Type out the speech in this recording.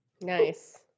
Nice